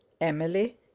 Emily